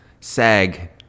SAG